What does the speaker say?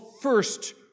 first